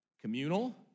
Communal